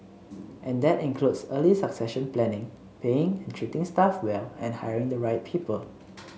and that includes early succession planning paying and treating staff well and hiring the right people